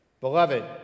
Beloved